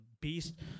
beast